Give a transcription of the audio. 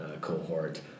cohort